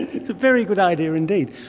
it's a very good idea indeed.